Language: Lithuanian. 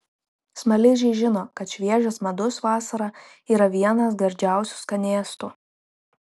smaližiai žino kad šviežias medus vasarą yra vienas gardžiausių skanėstų